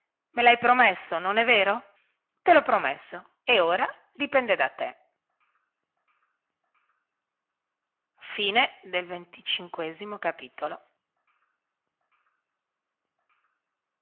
me lhai promesso non è vero te lho promesso e ora dipende da te